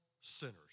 sinners